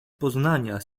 poznania